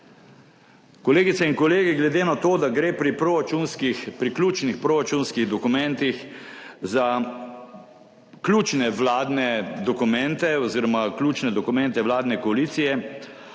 Kolegice in kolegi, glede na to, da gre pri proračunskih, pri ključnih proračunskih dokumentih za ključne vladne dokumente oziroma ključne dokumente vladne koalicije,